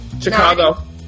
Chicago